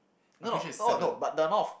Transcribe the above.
no no oh no but the amount of